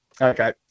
Okay